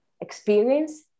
experience